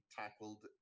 tackled